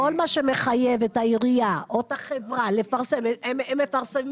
כל מה שמחייב את העירייה או את החברה לפרסם הפרסום